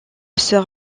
sœur